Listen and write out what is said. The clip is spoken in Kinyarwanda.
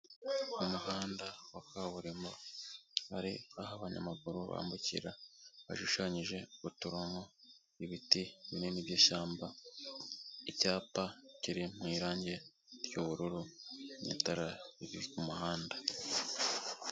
Umuhanda wa kaburimbo, hari aho abanyamaguru bambukira, hashushanyije uturongo, ibiti binini by'ishyamba, icyapa kiri mu irangi ry'ubururu n'itara riri ku muhanda.